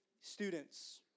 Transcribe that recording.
students